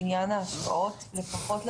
לעניין ההשקעות לפחות,